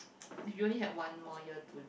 if you only had one more year to